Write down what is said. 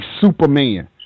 Superman